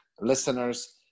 listeners